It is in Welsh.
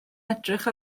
edrych